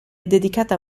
dedicata